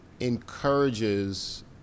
encourages